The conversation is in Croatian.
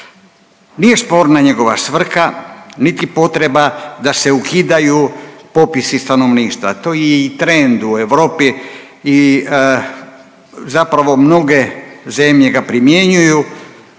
Nije sporna njegova svrha, niti potreba da se ukidaju popisi stanovništva, to je i trend u Europi i zapravo mnoge zemlje ga primjenjuju